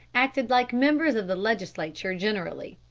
acted like members of the legislature generally.